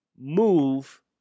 move